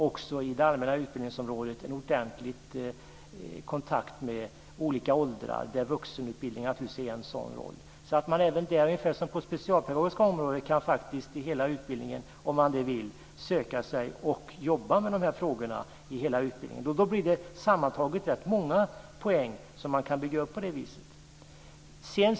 Också inom det allmänna utbildningsområdet kan man få ordentlig kontakt med olika åldrar, och vuxenutbildning har naturligtvis en sådan roll. Även där kan man alltså, ungefär som på det specialpedagogiska området, om man så vill under hela utbildningen söka sig till att jobba med de här frågorna. Då blir det sammantaget rätt många poäng som man kan bygga upp på det viset.